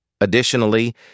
Additionally